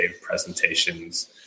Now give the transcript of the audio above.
presentations